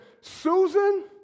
Susan